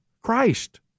Christ